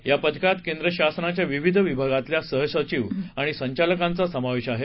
या पथकात केंद्र शासनाच्या विविध विभागातील सहसचिव आणि संचालकांचा समावेश आहे